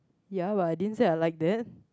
ya but I didn't say I like that